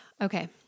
Okay